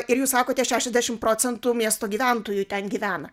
ir jūs sakote šešiasdešim procentų miesto gyventojų ten gyvena